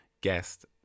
guest